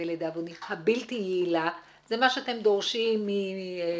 ולדאבוני, הבלתי יעילה, זה מה שאתם דורשים מהמשרד